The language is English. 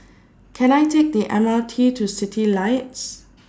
Can I Take The M R T to Citylights